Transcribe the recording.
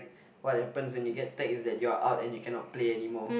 what happens when you get tag is that you're out and that you cannot play anymore